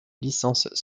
licences